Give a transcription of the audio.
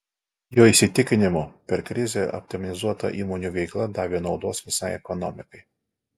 jo įsitikinimu per krizę optimizuota įmonių veikla davė naudos visai ekonomikai